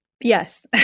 Yes